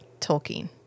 Tolkien